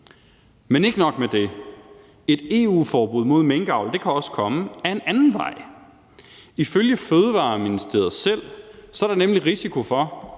Men ikke nok med det: Et EU-forbud mod minkavl kan også komme ad en anden vej. Ifølge Fødevareministeriet selv er der nemlig risiko for